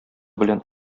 белән